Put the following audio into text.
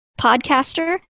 podcaster